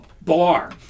bar